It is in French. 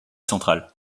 central